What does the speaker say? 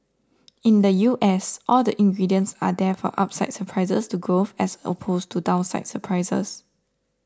in the U S all the ingredients are there for upside surprises to growth as opposed to downside surprises